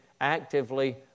actively